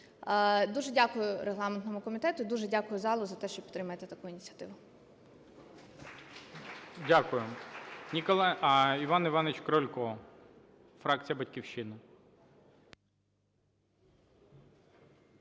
Дуже дякую регламентному комітету і дуже дякую залу за те, що підтримуєте таку ініціативу. ГОЛОВУЮЧИЙ. Дякую. Іван Іванович Крулько, фракція "Батьківщина".